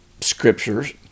scriptures